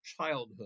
childhood